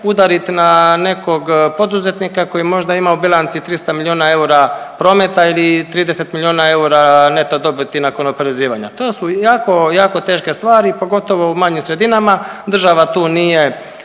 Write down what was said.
udarit na nekog poduzetnika koji možda ima u bilanci 300 miliona eura prometa ili 30 miliona eura neto dobiti nakon oporezivanja. To su jako, jako teške stvari pogotovo u manjim sredinama. Država tu nije,